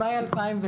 במאי 2020,